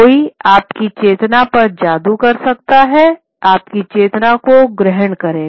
कोई आपकी चेतना पर जादू कर सकता हैआपकी चेतना को ग्रहण करेगा